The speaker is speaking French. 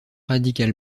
radicale